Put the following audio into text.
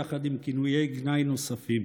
יחד עם כינויי גנאי נוספים.